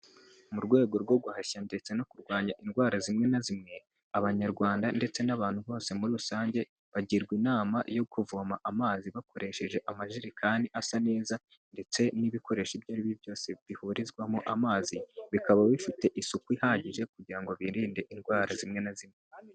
Mu rwego rwo guhashya ndetse no kurwanya indwara zimwe na zimwe, Abanyarwanda ndetse n'abantu bose muri rusange bagirwa inama yo kuvoma amazi bakoresheje amajerekani asa neza ndetse n'ibikoresho ibyo ari byo byose bihurizwamo amazi, bikaba bifite isuku ihagije kugira ngo birinde indwara zimwe na zimwe.